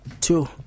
two